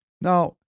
Now